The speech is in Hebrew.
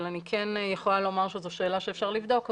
אבל אני כן יכולה לומר שזו שאלה שאפשר לבדוק אותה.